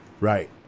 Right